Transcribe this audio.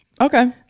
okay